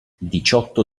diciotto